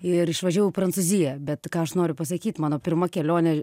ir išvažiavau į prancūziją bet ką aš noriu pasakyt mano pirma kelionė